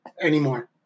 anymore